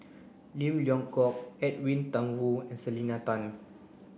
Lim Leong Geok Edwin Thumboo and Selena Tan